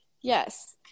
yes